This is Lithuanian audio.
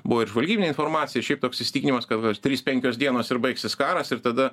buvo ir žvalgybinė informacija ir šiiaip toks įsitikinimas kad trys penkios dienos ir baigsis karas ir tada